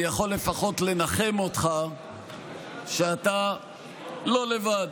אני יכול לפחות לנחם אותך שאתה לא לבד.